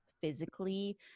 physically